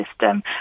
system